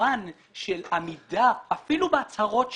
שבמובן של עמידה אפילו בהצהרות שלו,